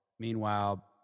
meanwhile